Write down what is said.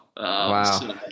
Wow